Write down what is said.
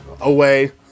away